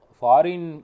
foreign